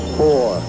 four